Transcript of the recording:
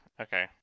Okay